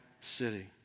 city